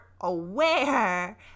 aware